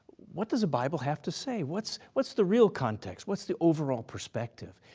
what does the bible have to say? what's what's the real context? what's the overall perspective?